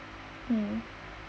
mm